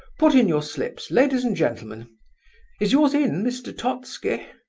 put in your slips, ladies and gentlemen is yours in, mr. totski?